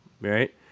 Right